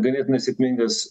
ganėtinai sėkmingas